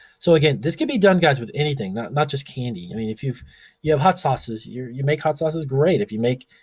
so again, this could be done guys with anything, not not just candy. i mean, if you if you have hot sauces, you you make hot sauces, great, if you make